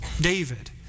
David